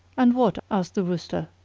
and what, asked the rooster,